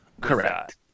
Correct